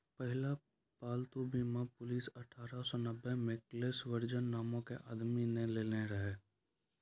पहिला पालतू बीमा पॉलिसी अठारह सौ नब्बे मे कलेस वर्जिन नामो के आदमी ने लेने छलै